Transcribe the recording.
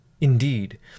Indeed